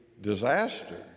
disaster